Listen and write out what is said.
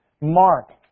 Mark